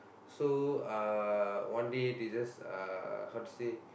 so uh one day they just uh how to say